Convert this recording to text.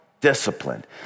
disciplined